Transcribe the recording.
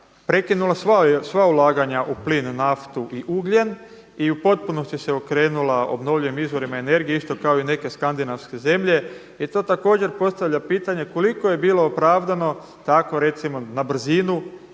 prekinula sva ulaganja u plin, naftu i ugljen i u potpunosti se okrenula obnovljivim izvorima energije, isto kao i neke skandinavske zemlje i to također postavlja pitanje koliko je bilo opravdano tako recimo na brzinu